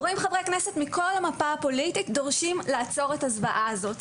ורואים חברי כנסת מכל המפה הפוליטית דורשים לעצור את הזוועה הזאת.